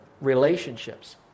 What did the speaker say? relationships